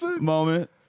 moment